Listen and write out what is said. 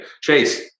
Chase